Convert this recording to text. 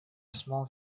small